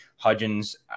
Hudgens